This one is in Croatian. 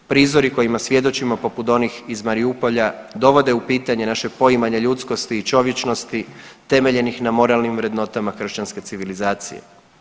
Prizori kojima svjedočimo poput onih iz Mariupolja dovodi u pitanje naše poimanje ljudskosti i čovječnosti temeljenih na moralnim vrednotama kršćanske civilizacije.